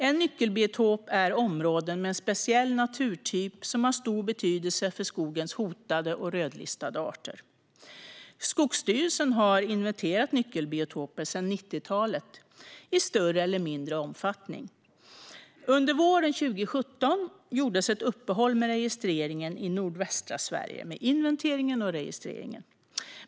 En nyckelbiotop är ett område med en speciell naturtyp som har stor betydelse för skogens hotade och rödlistade arter. Skogsstyrelsen har inventerat nyckelbiotoper sedan 90-talet i större eller mindre omfattning. Under våren 2017 gjordes ett uppehåll med inventeringen och registreringen i nordvästra Sverige.